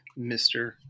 Mr